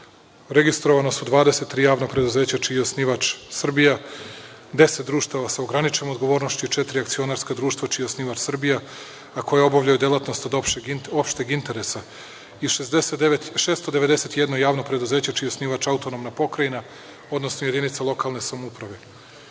Registrovana su 23 javna preduzeća čiji je osnivač Srbija, deset društava sa ograničenom odgovornošću i četiri akcionarska društva čiji je osnivač Srbija, a koje obavljaju delatnost od opšteg interesa i 691 javno preduzeće čiji je osnivač autonomna pokrajina, odnosno jedinica lokalne samouprave. Planirane